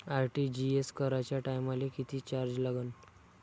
RTGS कराच्या टायमाले किती चार्ज लागन?